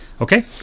Okay